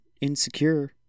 Insecure